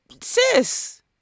sis